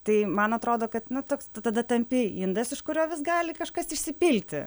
tai man atrodo kad na tu tada tampi indas iš kurio vis gali kažkas išsipilti